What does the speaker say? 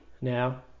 Now